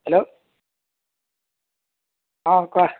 hello অঁ কোৱা